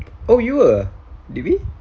oh you were did we